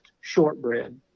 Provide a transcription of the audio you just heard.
shortbread